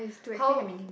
how